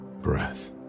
breath